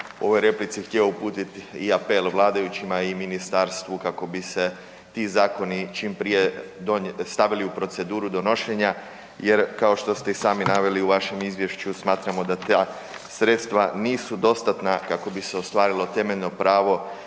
ovoj replici htio uputiti i apel vladajućima i ministarstvu kako bi se ti zakoni čim prije stavili u proceduru donošenja jer kao što ste i sami naveli u vašem izvješću, smatramo da ta sredstva nisu dostatna kako bi se ostvarilo temeljno pravo